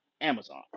Amazon